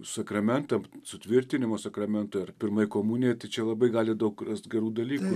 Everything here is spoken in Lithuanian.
sakramentam sutvirtinimo sakramentui ar pirmai komunijai tai čia labai gali daug gerų dalykų